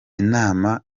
inama